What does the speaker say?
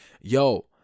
Yo